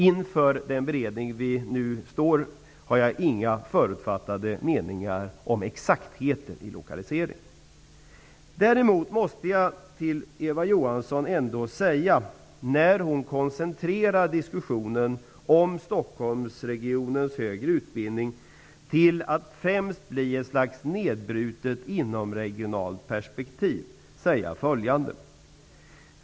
Jag har inga förutfattade meningar inför den beredning vi nu står om exaktheten i lokaliseringen. Jag måste säga följande till Eva Johansson med tanke på att hon koncentrerar diskussionen om högre utbildning i Stockholmsregionen till ett nedbrutet inomregionalt perspektiv.